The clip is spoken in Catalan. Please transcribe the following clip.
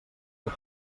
cap